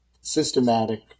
systematic